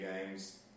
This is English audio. games